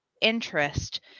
interest